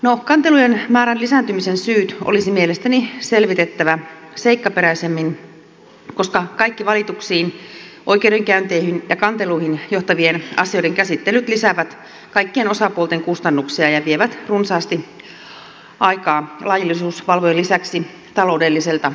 no kantelujen määrän lisääntymisen syyt olisi mielestäni selvitettävä seikkaperäisemmin koska kaikkiin valituksiin oikeudenkäynteihin ja kanteluihin johtavien asioiden käsittelyt lisäävät kaikkien osapuolten kustannuksia ja vievät runsaasti aikaa laillisuusvalvojien lisäksi taloudelliselta toimeliaisuudelta